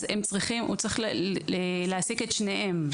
אז הוא צריך להעסיק את שניהם,